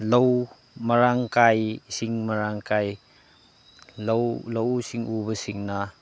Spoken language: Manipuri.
ꯂꯧ ꯃꯔꯥꯡꯀꯥꯏ ꯏꯁꯤꯡ ꯃꯔꯥꯡ ꯀꯥꯏ ꯂꯧ ꯂꯧꯎ ꯁꯤꯡꯎꯕꯁꯤꯡꯅ